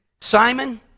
Simon